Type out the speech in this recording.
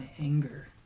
anger